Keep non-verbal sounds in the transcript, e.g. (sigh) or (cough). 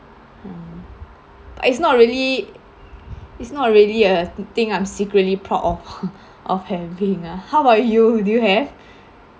it's not really it's not really a thing I'm secretly proud of (laughs) of having ah how about you do you have